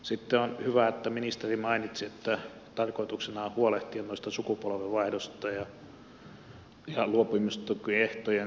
sitten on hyvä että ministeri mainitsi että tarkoituksena on huolehtia sukupolvenvaihdoksista ja luopumistukiehtojen säilymisestä